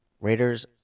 Raiders